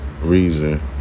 reason